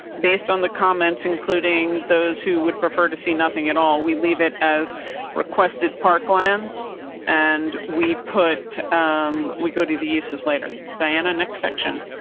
based on the comments, including those who would prefer to see nothing at all. we leave it as requested parkland and we put we go to the uses later diana, next section.